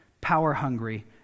power-hungry